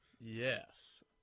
Yes